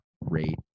rate